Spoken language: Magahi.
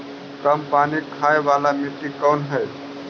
कम पानी खाय वाला मिट्टी कौन हइ?